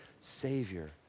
Savior